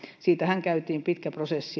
siinähän käytiin pitkä prosessi